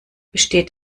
besteht